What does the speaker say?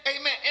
Amen